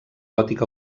gòtic